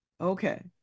Okay